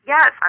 Yes